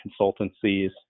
consultancies